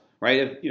right